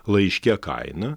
laiške kainą